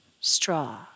straw